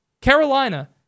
Carolina